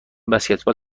بسکتبال